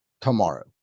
tomorrow